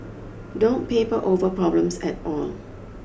don't paper over problems at all